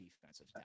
defensive